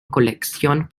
colección